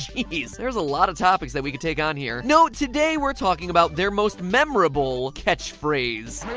there's a lot of topics that we could take on here. no today we're talking about their most memorable catchphrase.